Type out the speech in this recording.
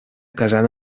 casada